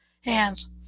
hands